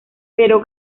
pero